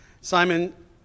Simon